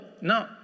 No